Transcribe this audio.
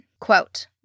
Quote